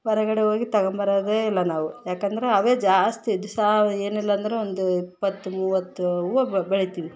ಹೊರಗಡೆ ಹೋಗಿ ತಗೋಂಬರೋದೇ ಇಲ್ಲ ನಾವು ಯಾಕಂದರೆ ಅವೇ ಜಾಸ್ತಿ ದಿಸಾ ಏನಿಲ್ಲಾಂದ್ರೆ ಒಂದು ಇಪ್ಪತ್ತು ಮೂವತ್ತು ಹೂವು ಬೆಳಿತಿವಿ